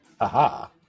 Aha